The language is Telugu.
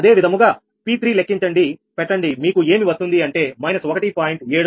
అదే విధముగా P3 లెక్కించండిపెట్టండి మీకు ఏమి వస్తుంది అంటే −1